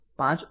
5